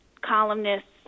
columnists